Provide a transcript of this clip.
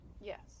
yes